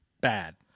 bad